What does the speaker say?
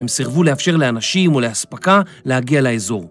הם סירבו לאפשר לאנשים ולאספקה להגיע לאזור